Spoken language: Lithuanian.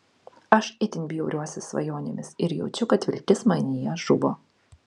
aš itin bjauriuosi svajonėmis ir jaučiu kad viltis manyje žuvo